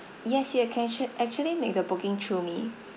yes you can act~ actually make the booking through me